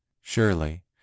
Surely